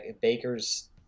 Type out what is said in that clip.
Baker's